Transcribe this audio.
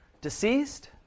deceased